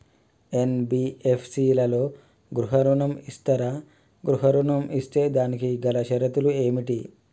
NBFC లలో గృహ ఋణం ఇస్తరా? గృహ ఋణం ఇస్తే దానికి గల షరతులు ఏమిటి?